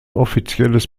offizielles